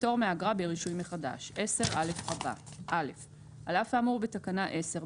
"פטור מאגרה ברישוי מחדש 10א. על אף האמור בתקנה 10,